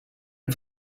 een